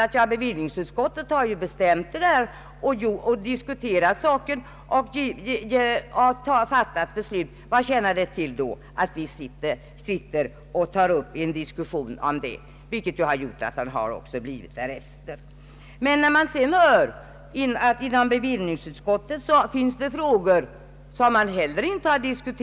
När bevillningsutskottet har diskuterat saken och fattat beslut — vad tjänar det då till att ta upp en diskussion om detta i andra lagutskottet? Resultatet har också blivit därefter. Sedan får man höra att det finns frågor som inte har diskuterats i bevillningsutskottet.